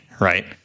right